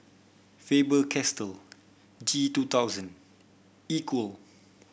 Faber Castell G two thousand Equal